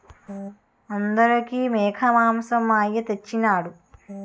ఆదోరంకి మేకమాంసం మా అయ్య తెచ్చెయినాడు